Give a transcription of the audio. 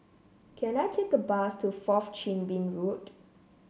can I take a bus to Fourth Chin Bee Road